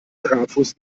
trafos